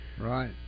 right